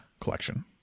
collection